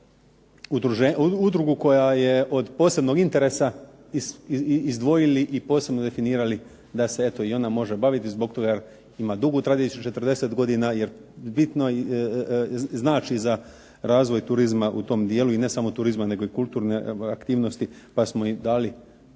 udrugu koja je od posebnog interesa izdvojili i posebno definirali da se eto i ona može baviti zbog toga jer ima dugu tradiciju 40 godina. Jer bitno znači za razvoj turizma u tom dijelu i ne samo turizma nego i kulturne aktivnosti, pa smo im dali